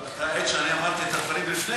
אבל אתה עד שאמרתי את הדברים לפני